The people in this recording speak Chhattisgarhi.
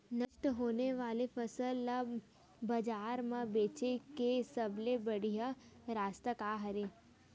नष्ट होने वाला फसल ला बाजार मा बेचे के सबले बढ़िया रास्ता का हरे?